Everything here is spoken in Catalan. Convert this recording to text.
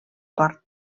part